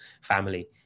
family